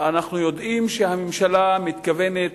אנחנו יודעים שהממשלה מתכוונת